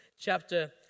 chapter